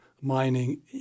mining